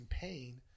pain